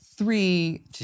Three